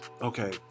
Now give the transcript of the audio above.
okay